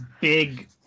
big